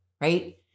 Right